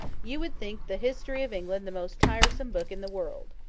you would think the history of england the most tiresome book in the world.